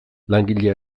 langile